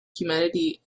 humanity